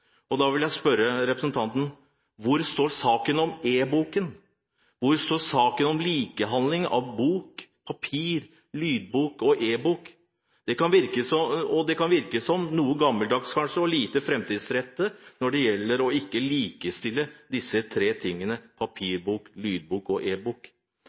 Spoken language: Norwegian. Da vil jeg spørre representanten Simensen: Hvor står saken om e-boken? Hvor står saken om likebehandling av bok, papir, lydbok og e-bok? Det kan virke som noe gammeldags, kanskje, og lite fremtidsrettet når man ikke likestiller disse tre tingene: papirbok, lydbok og